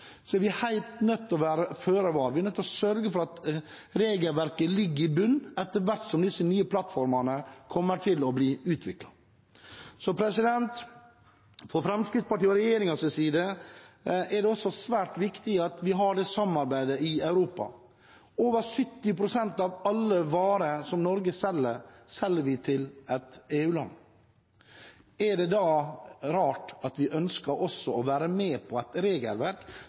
er vi helt nødt til å være føre var. Vi er nødt til å sørge for at regelverket ligger i bunn etter hvert som disse nye plattformene blir utviklet. For Fremskrittspartiet og regjeringen er det svært viktig at vi har et samarbeid i Europa. Over 70 pst. av alle varer Norge selger, selger vi til et EU-land. Er det da rart at vi også ønsker å være med på et regelverk